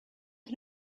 can